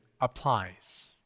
applies